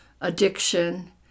addiction